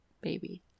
baby